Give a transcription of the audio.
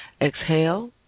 Exhale